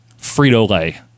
Frito-Lay